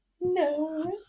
No